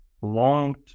long